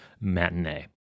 Matinee